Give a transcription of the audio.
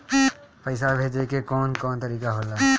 पइसा भेजे के कौन कोन तरीका होला?